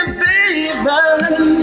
baby